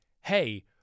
hey